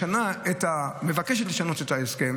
או מבקשת לשנות את ההסכם